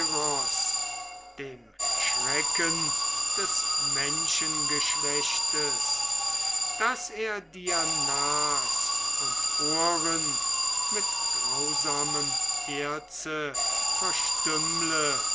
dem schrecken des menschengeschlechtes daß er dir nas und ohren mit grausamem erze